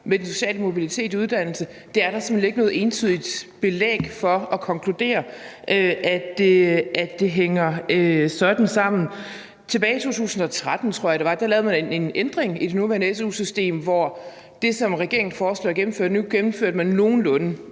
med den sociale mobilitet i uddannelse. Der er simpelt hen ikke noget entydigt belæg for at konkludere, at det hænger sådan sammen. Tilbage i 2013, tror jeg det var, lavede man en ændring i det nuværende su-system, hvor det, som regeringen foreslår at gennemføre nu, blev gennemført sådan i grove